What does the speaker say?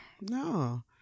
no